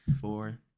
four